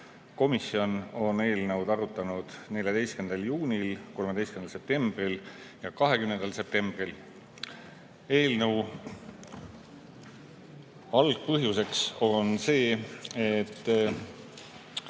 Komisjon on eelnõu arutanud 14. juunil, 13. septembril ja 20. septembril. Eelnõu algpõhjus on see, et